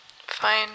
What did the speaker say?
Fine